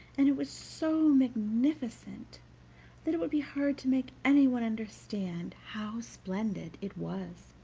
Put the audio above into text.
and it was so magnificent that it would be hard to make anyone understand how splendid it was.